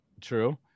True